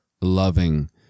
loving